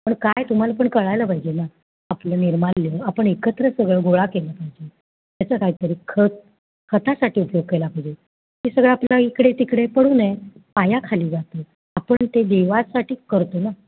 पण काय तुम्हाला पण कळायला पाहिजे ना आपलं निर्माल्य आपण एकत्र सगळं गोळा केलं पाहिजे त्याचं कायतरी खत खतासाठी उपयोग केला पाहिजे ते सगळं आपल्या इकडे तिकडे पडून आहे पायाखाली जातं आपण ते देवासाठी करतो ना